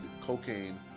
cocaine